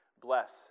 bless